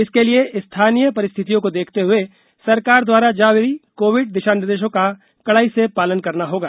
इसके लिए स्थानीय परिस्थतियों को देखते हुए सरकार द्वारा जारी कोविड दिशानिर्देशों का कड़ाई से पालन करना होगा